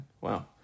Wow